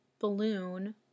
balloon